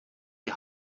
die